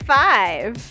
five